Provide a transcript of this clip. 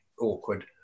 awkward